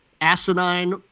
asinine